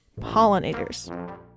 pollinators